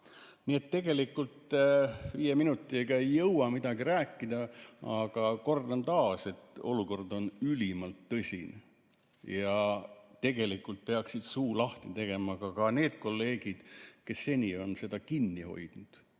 tõuseb. Tegelikult viie minutiga ei jõua midagi rääkida, aga kordan taas, et olukord on ülimalt tõsine. Ja tegelikult peaksid suu lahti tegema ka need kolleegid, kes seni on seda kinni hoidnud.